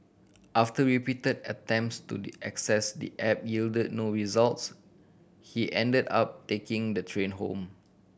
after repeated attempts to the access the app yielded no results he ended up taking the train home